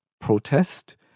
protest